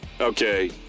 Okay